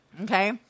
Okay